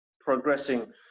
progressing